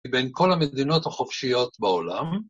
‫בין כל המדינות החופשיות בעולם.